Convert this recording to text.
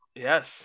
Yes